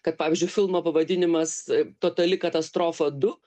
kad pavyzdžiui filmo pavadinimas totali katastrofa du